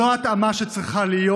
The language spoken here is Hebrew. זו ההתאמה שצריכה להיות,